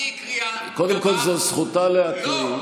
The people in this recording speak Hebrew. היא הקריאה, קודם כול, זאת זכותה להקריא.